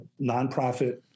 nonprofit